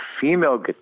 female